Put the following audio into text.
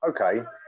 okay